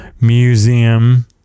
museum